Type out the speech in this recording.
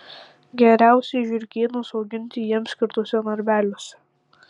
geriausiai žiurkėnus auginti jiems skirtuose narveliuose